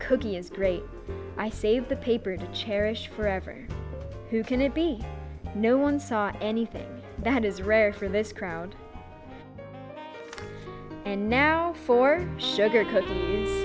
cookie is great i saved the paper to cherish forever who can it be no one saw anything that is rare for this crowd and now for